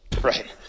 Right